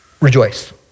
Rejoice